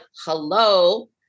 hello